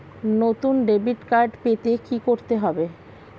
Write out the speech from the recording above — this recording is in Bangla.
নতুন ডেবিট কার্ড পেতে কী করতে হবে?